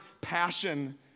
passion